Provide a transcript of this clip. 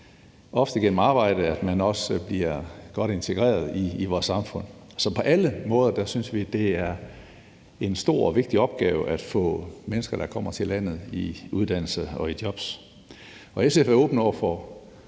ofte igennem arbejde, at man også bliver godt integreret i vores samfund. Så på alle måder synes vi, det er en stor og vigtig opgave at få mennesker, der kommer til landet, i uddannelse og i job, og SF er åbne over for